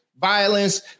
violence